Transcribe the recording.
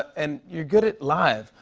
and you're good at live.